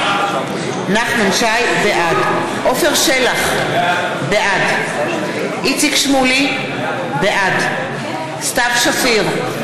בעד עפר שלח, בעד איציק שמולי, בעד סתיו שפיר,